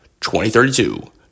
2032